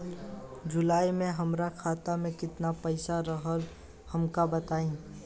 जुलाई में हमरा खाता में केतना पईसा रहल हमका बताई?